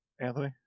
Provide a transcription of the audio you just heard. Anthony